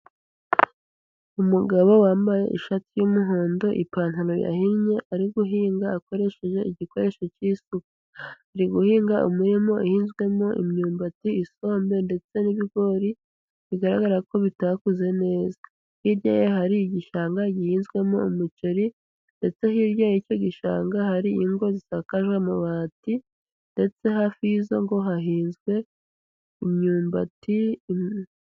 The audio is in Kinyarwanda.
Umugabo wambaye ishati y'umuhondo, ipantaro yahinnye, ari guhinga akoresheje igikoresho cy'isuka, ari guhinga umurima uhizwemo imyumbati, isombe ndetse n'ibigori, bigaragara ko bitakuze neza, hirya ye hari igishanga gihinzwemo umuceri, ndetse hirya y'icyo gishanga hari ingo zisakaje amabati, ndetse hafi y'izo ngo hahinzwe imyumbati.